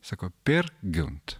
sako per giunt